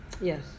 yes